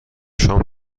شام